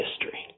history